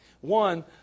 One